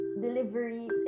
delivery